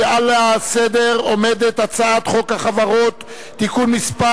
כשעל הסדר עומדת הצעת חוק החברות (תיקון מס'